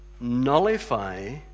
nullify